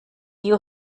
you